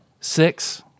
six